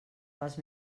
dels